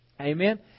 Amen